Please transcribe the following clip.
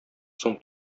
соң